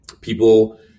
people